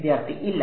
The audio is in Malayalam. വിദ്യാർത്ഥി ഇല്ല